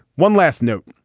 one last note.